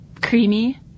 creamy